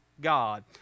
God